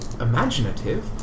imaginative